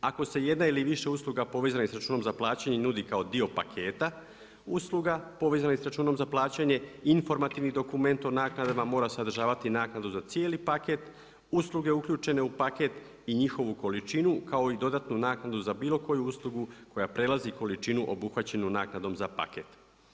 Ako se jedna ili više usluga povezanih sa računom za plaćanje nudi kao dio paketa usluga povezanih sa računom za plaćanje, informativni dokument o naknadama mora sadržavati i naknadu za cijeli paket usluge uključene u paket i njihovu količini kao i dodatni naknadu za bilo koju uslugu koja prelazi količinu obuhvaćenu naknadom za paket.